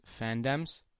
fandoms